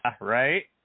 right